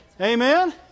Amen